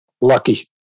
Lucky